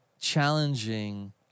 challenging